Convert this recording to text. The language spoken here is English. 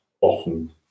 often